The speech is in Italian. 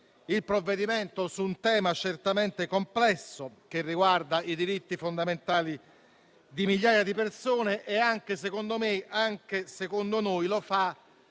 Il provvedimento interviene sul tema certamente complesso che riguarda i diritti fondamentali di migliaia di persone e - secondo me e secondo noi - lo fa